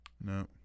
No